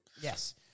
Yes